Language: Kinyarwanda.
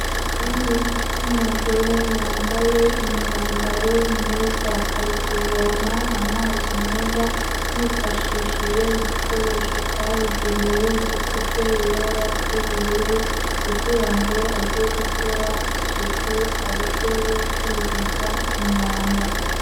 Umuntu w'igitsina gore wambaye imyambaro myiza, ari kuvoma amazi meza yifashishije igikoresho cyabugenewe gifite ibara ry'bururu kugira ngo ajye gukora isuku arusheho kwirinda umwanda.